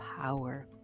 power